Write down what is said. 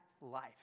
life